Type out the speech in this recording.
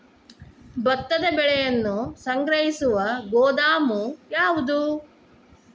ಭತ್ತದ ಬೆಳೆಯನ್ನು ಸಂಗ್ರಹಿಸುವ ಗೋದಾಮು ಯಾವದು?